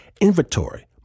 inventory